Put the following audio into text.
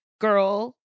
girl